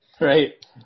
right